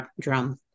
drum